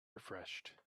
refreshed